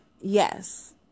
yes